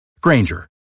Granger